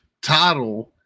title